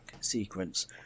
sequence